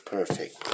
Perfect